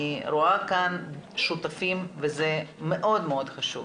אני רואה כאן שותפים וזה מאוד חשוב.